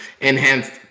Enhanced